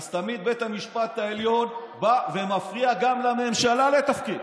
אז תמיד בית המשפט העליון בא ומפריע גם לממשלה לתפקד.